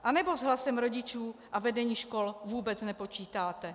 Anebo s hlasem rodičů a vedení škol vůbec nepočítáte?